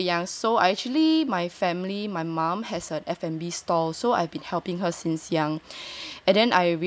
very very young so I actually my family my mom has a F_&_B stall so I've been helping her since young